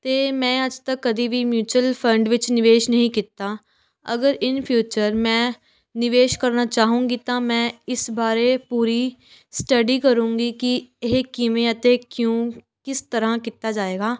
ਅਤੇ ਮੈਂ ਅੱਜ ਤੱਕ ਕਦੀ ਵੀ ਮਿਊਚਲ ਫੰਡ ਵਿੱਚ ਨਿਵੇਸ਼ ਨਹੀਂ ਕੀਤਾ ਅਗਰ ਇਨ ਫਿਊਚਰ ਮੈਂ ਨਿਵੇਸ਼ ਕਰਨਾ ਚਾਹੁੰਗੀ ਤਾਂ ਮੈਂ ਇਸ ਬਾਰੇ ਪੂਰੀ ਸਟੱਡੀ ਕਰੁੰਗੀ ਕਿ ਇਹ ਕਿਵੇਂ ਅਤੇ ਕਿਉਂ ਕਿਸ ਤਰ੍ਹਾਂ ਕੀਤਾ ਜਾਏਗਾ